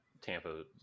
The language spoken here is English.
Tampa